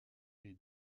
les